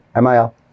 MIL